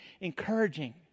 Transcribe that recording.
encouraging